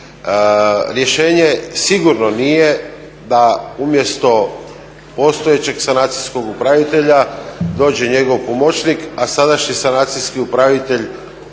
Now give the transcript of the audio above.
Rješenje sigurno nije da umjesto postojećeg sanacijskog upravitelja dođe njegov pomoćnik, a sadašnji sanacijski upravitelj